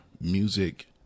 music